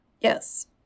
Yes